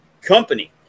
company